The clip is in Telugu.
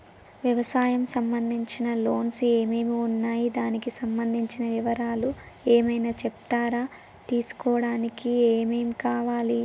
వ్యవసాయం సంబంధించిన లోన్స్ ఏమేమి ఉన్నాయి దానికి సంబంధించిన వివరాలు ఏమైనా చెప్తారా తీసుకోవడానికి ఏమేం కావాలి?